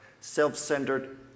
self-centered